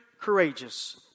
courageous